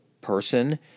person